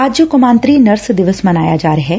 ਅੱਜ ਕੌਮਾਂਤਰੀ ਨਰਸ ਦਿਵਸ ਮਨਾਇਆ ਜਾ ਰਿਹੈ